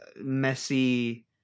messy